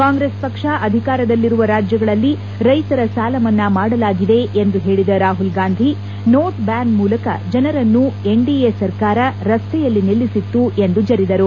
ಕಾಂಗ್ರೆಸ್ ಪಕ್ಷ ಅಧಿಕಾರದಲ್ಲಿರುವ ರಾಜ್ಯಗಳಲ್ಲಿ ರೈತರ ಸಾಲಮನ್ನಾ ಮಾಡಲಾಗಿದೆ ಎಂದು ಹೇಳಿದ ರಾಹುಲ್ಗಾಂಧಿ ನೋಟ್ ಬ್ಯಾನ್ ಮೂಲಕ ಜನರನ್ನು ಎನ್ಡಿಎ ಸರ್ಕಾರ ರಸ್ತೆಯಲ್ಲಿ ನಿಲ್ಲಿಸಿತ್ತು ಎಂದು ಜರಿದರು